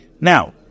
Now